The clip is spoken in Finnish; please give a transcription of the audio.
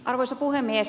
arvoisa puhemies